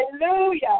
hallelujah